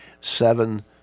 seven